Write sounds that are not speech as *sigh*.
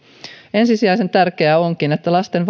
ensisijaisen tärkeää onkin että lasten *unintelligible*